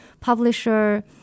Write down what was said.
publisher